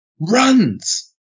Runs